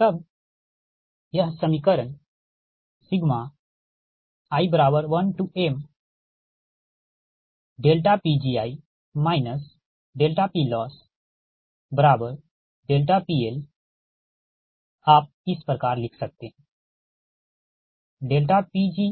तब यह समीकरण i1mPgi PLossPL आप इस प्रकार लिख सकते है Pg1i2mPgi